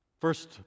First